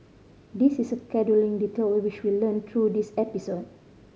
this is a scheduling detail which we learnt through this episode